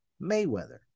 Mayweather